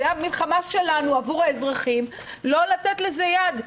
זה המלחמה שלנו עבור האזרחים, לא לתת לזה יד.